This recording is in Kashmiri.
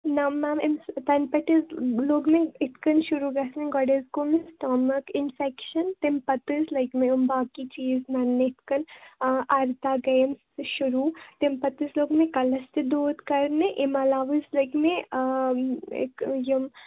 نہ میم اِنس تَنہٕ پٮ۪ٹھ حظ لوٚگ مےٚ اِتھ کٔنۍ شُروٗع گَژھنہِ گۄڈٕ حظ گوٚو مےٚ سٹامَک اِنفیٚکیٚشن تَمہِ پتہٕ حظ لٔگۍ مےٚ یِم باقٕے چیٖز نَنۍ یِتھ کٔنۍ آرسا گٔیم شُروٗع تَمہِ پتہٕ حظ لوٚگ مےٚ کَلَس تہِ دود کَرنہِ اَمہِ علاوٕ حظ لٔگۍ مےٚ اِک یِم